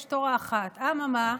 יש תורה אחת, אממה,